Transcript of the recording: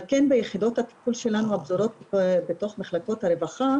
אבל כן ביחידות הטיפול שלנו הפזורות בתוך מחלקות הרווחה